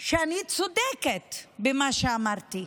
שאני צודקת במה שאמרתי,